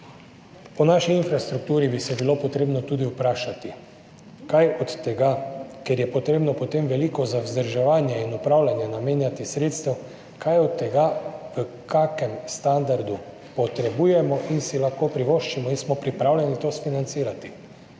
O naši infrastrukturi bi se bilo treba tudi vprašati, kaj od tega, ker je treba potem veliko sredstev namenjati za vzdrževanje in upravljanje, kaj od tega, v kakšnem standardu potrebujemo in si lahko privoščimo in smo pripravljeni to financirati.